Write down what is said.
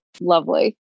lovely